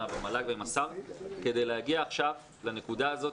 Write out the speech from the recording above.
במל"ג ועם השר כדי להגיע עכשיו לנקודה הזאת,